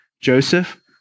Joseph